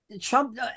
Trump